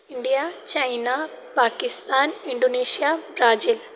India China Pakistan Indonesia Brazil